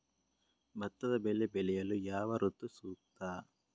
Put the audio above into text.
ಭತ್ತದ ಬೆಳೆ ಬೆಳೆಯಲು ಯಾವ ಋತು ಸೂಕ್ತ?